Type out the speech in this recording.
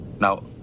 Now